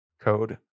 code